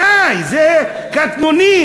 די, זה קטנוני.